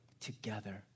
Together